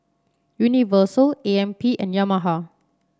Universal A M P and Yamaha